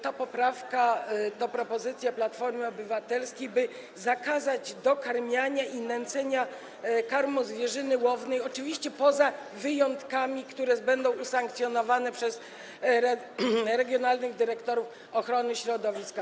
Ta poprawka to propozycja Platformy Obywatelskiej, by zakazać dokarmiania i nęcenia karmą zwierzyny łownej, oczywiście poza wyjątkami, które będą usankcjonowane przez regionalnych dyrektorów ochrony środowiska.